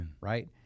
Right